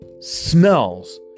smells